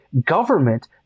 government